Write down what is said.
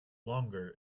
longer